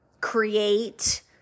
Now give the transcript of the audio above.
create